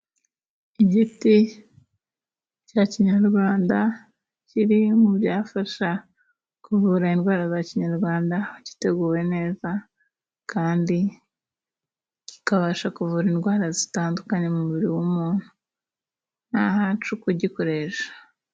Igiti cya kinyarwanda kiri mu byafasha kuvura indwara za kinyarwanda, giteguwe neza kandi kikabasha kuvura indwara zitandukanye mu mubiri w'umuntu ni ahacu kugikoresha.